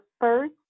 first